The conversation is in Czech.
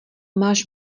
máš